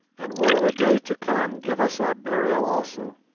and will in a day to come give us our burial also.